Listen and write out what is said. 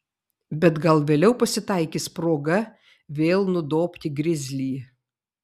bet gal vėliau pasitaikys proga vėl nudobti grizlį